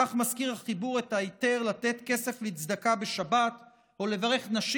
כך מזכיר החיבור את ההיתר לתת כסף לצדקה בשבת או לברך נשים